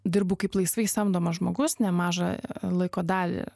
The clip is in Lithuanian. dirbu kaip laisvai samdomas žmogus nemažą laiko dalį